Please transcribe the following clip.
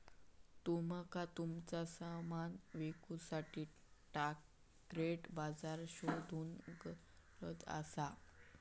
तुमका तुमचा सामान विकुसाठी टार्गेट बाजार शोधुची गरज असा